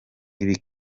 ibi